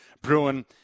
Bruin